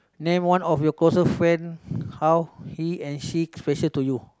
name one of your closest friend how he and she special to you